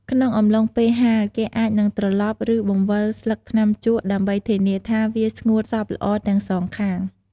ក្នុងអំឡុងពេលហាល គេអាចនឹងត្រឡប់ ឬបង្វិលស្លឹកថ្នាំជក់ ដើម្បីធានាថាវាស្ងួតសព្វល្អទាំងសងខាង។